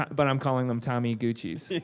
but i'm calling them tommyguccis.